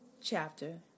chapter